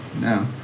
no